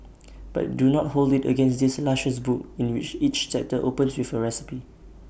but do not hold IT against this luscious book in which each chapter opens with A recipe